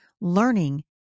learning